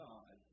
God